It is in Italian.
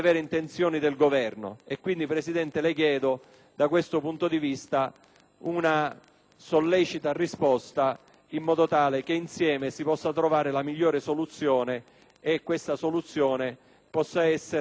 all'interrogazione, in modo tale che insieme si possa trovare la migliore soluzione, una soluzione che possa essere corrispondente a quello che le comunità delle isole minori richiedono a tutti noi.